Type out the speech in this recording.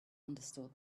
understood